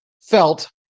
felt